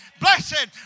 blessed